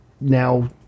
now